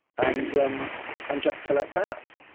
and um and just collect that.